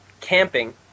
camping